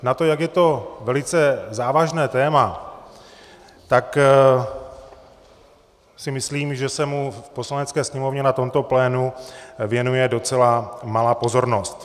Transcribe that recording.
Na to, jak je to velice závažné téma, tak si myslím, že se mu v Poslanecké sněmovně na tomto plénu věnuje docela malá pozornost.